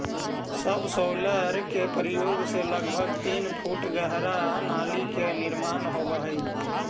subsoiler के प्रयोग से लगभग तीन फीट तक गहरा नाली के निर्माण होवऽ हई